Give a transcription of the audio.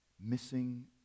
Missing